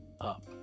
up